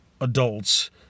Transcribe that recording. adults